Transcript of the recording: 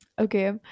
okay